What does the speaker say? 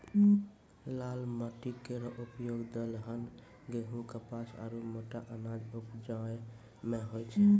लाल माटी केरो उपयोग दलहन, गेंहू, कपास आरु मोटा अनाज उपजाय म होय छै